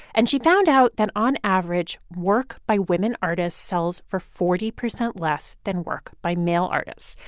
and she found out that on average, work by women artists sells for forty percent less than work by male artists.